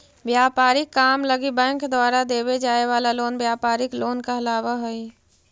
व्यापारिक काम लगी बैंक द्वारा देवे जाए वाला लोन व्यापारिक लोन कहलावऽ हइ